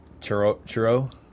Churro